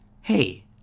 Hey